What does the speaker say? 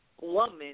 woman